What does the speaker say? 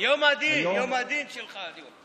יום הדין, יום הדין שלך היום.